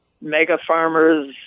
mega-farmers